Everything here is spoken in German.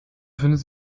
befindet